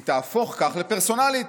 היא תהפוך כך לפרסונלית,